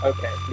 Okay